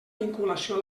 vinculació